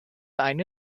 eine